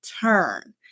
turn